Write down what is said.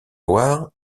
loire